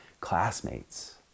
classmates